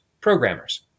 programmers